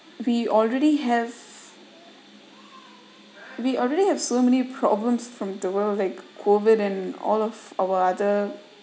we already have we already have so many problems from the world like COVID and all of our other